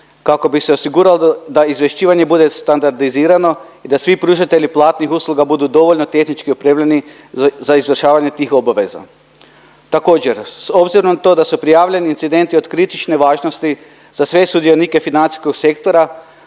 kako bi se osiguralo da izvješćivanje bude standardizirano i da svi pružatelji platnih usluga budu dovoljno tehnički opremljeni za izvršavanje tih obaveza? Također s obzirom na to da su prijavljeni incidenti od kritične važnosti za sve sudionike financijskog sektora,